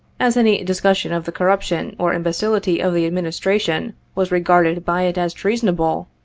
as any discussion of the corruption or imbecility of the administration was regarded by it as treasonable,